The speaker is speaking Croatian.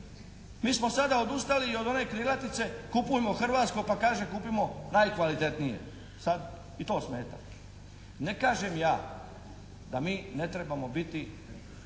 Mi smo sada odustali i od one krilatice "Kupujmo hrvatsko" pa kaže kupujmo najkvalitetnije, sad i to smeta. Ne kažem ja da mi ne trebamo biti